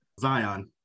Zion